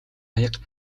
аяга